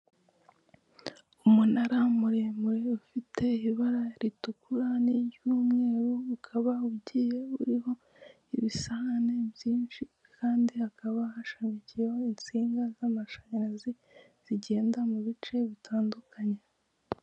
Umunara muremure ufite ibara ritukura niry'umweru, ukaba ugiye uriho ibisahane byinshi kandi hakaba hashamikiyeho insinga z'amashanyarazi zigenda mu bice bitandukanye.